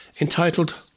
entitled